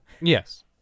Yes